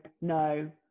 no